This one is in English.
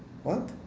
what